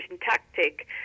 tactic